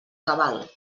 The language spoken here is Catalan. cabal